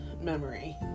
memory